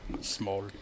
Small